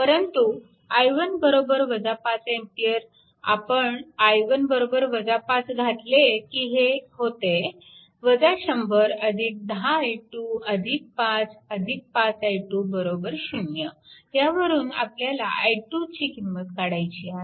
परंतु i1 5A आपण i1 5 घातले की हे होते 100 10 i2 5 5i2 0 ह्यावरून आपल्याला i2 ची किंमत काढायची आहे